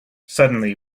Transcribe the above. suddenly